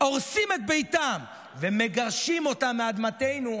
הורסים את ביתה ומגרשים אותה מאדמתנו,